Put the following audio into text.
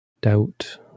doubt